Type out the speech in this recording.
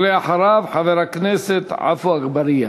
ואחריו, חבר הכנסת עפו אגבאריה.